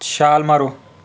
ਛਾਲ ਮਾਰੋ